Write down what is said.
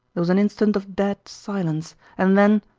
there was an instant of dead silence and then,